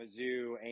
Mizzou